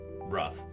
rough